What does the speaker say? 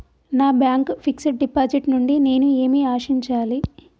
నా bank fixed deposit నుండి నేను ఏమి ఆశించాలి?